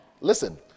Listen